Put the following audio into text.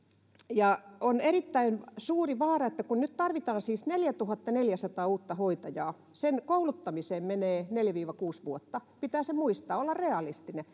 ja on erittäin suuri vaara että kun nyt tarvitaan siis neljätuhattaneljäsataa uutta hoitajaa heidän kouluttamiseen menee neljä viiva kuusi vuotta pitää se muistaa olla realistinen